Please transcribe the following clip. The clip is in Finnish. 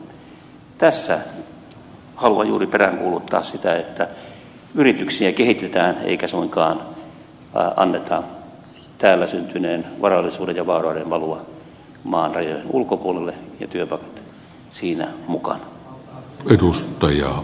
tässä haluan juuri peräänkuuluttaa sitä että yrityksiä kehitetään eikä suinkaan anneta täällä syntyneen varallisuuden ja varojen valua maan rajojen ulkopuolelle ja työpaikat siinä mukana